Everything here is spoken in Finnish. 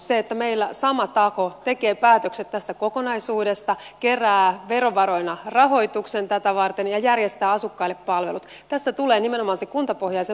siitä että meillä sama taho tekee päätökset tästä kokonaisuudesta kerää verovaroina rahoituksen tätä varten ja järjestää asukkaille palvelut tulee nimenomaan se kuntapohjaisen mallin tehokkuus